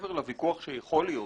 שמעבר לוויכוח שיכול להיות